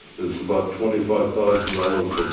is about twenty five thousand dollars um